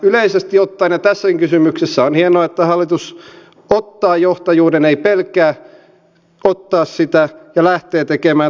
yleisesti ottaen ja tässäkin kysymyksessä on hienoa että hallitus ottaa johtajuuden ei pelkää ottaa sitä ja lähtee tekemään todellisia päätöksiä